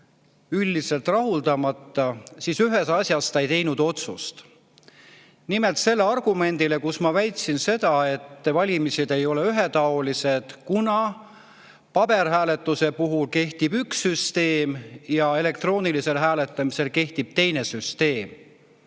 üldiselt rahuldamata, siis ühes asjas ta ei teinud otsust. See oli see argument, ma väitsin seda, et valimised ei ole ühetaolised, kuna paberhääletuse puhul kehtib üks süsteem ja elektroonilisel hääletamisel kehtib teine süsteem.